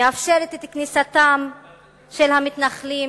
מאפשרת את כניסתם של המתנחלים